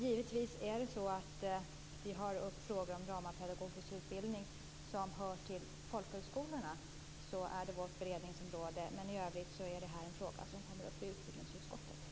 Givetvis finns det frågor om dramapedagogers utbildning som hör till folkhögskolornas område, och då är det vårt beredningsområde. I övrigt är det en fråga som kommer upp i utbildningsutskottet.